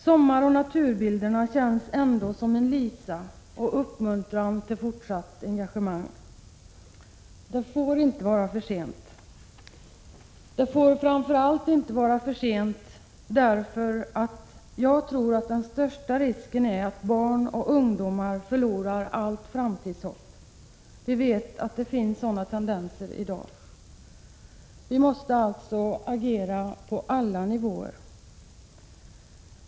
Sommartavlan och naturbilderna känns ändå som en lisa och uppmuntran till fortsatt engagemang. Det får inte vara försent. Jag säger det framför allt därför att jag tror att den största risken är att barn och ungdomar förlorar allt framtidshopp. Vi vet att det finns sådana tendenser i dag. Vi måste alltså agera på alla nivåer.